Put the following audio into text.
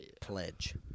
pledge